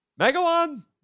Megalon